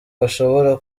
bashobora